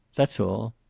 that's all.